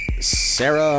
Sarah